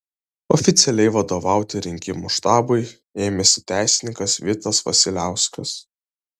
oficialiai vadovauti rinkimų štabui ėmėsi teisininkas vitas vasiliauskas